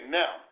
now